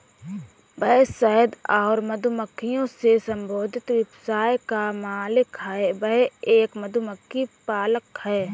वह शहद और मधुमक्खियों से संबंधित व्यवसाय का मालिक है, वह एक मधुमक्खी पालक है